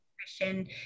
Christian